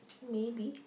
maybe